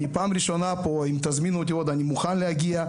אני בפעם הראשונה פה ואם תזמינו אותי שוב אני מוכן להגיע.